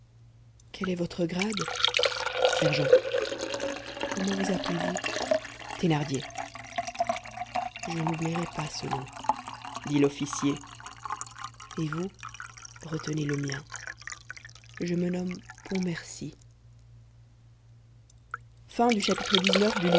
quel est votre grade sergent comment vous appelez-vous thénardier je n'oublierai pas ce nom dit l'officier et vous retenez le mien je me nomme pontmercy livre